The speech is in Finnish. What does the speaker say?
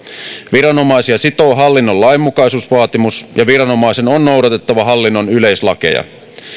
viranomaisia sitoo hallinnon lainmukaisuusvaatimus ja viranomaisen on noudatettava hallinnon yleislakeja